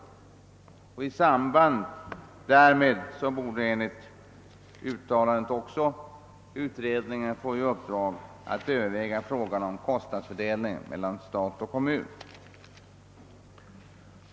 I samband därmed borde, enligt uttalandet, utredningen få i uppdrag att utreda frågan om kostnadsfördelningen mellan stat och kommun.